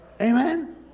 Amen